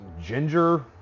ginger